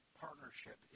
partnership